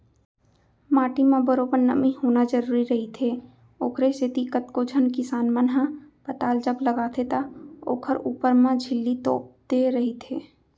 माटी म बरोबर नमी होना जरुरी रहिथे, ओखरे सेती कतको झन किसान मन ह पताल जब लगाथे त ओखर ऊपर म झिल्ली तोप देय रहिथे